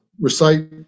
recite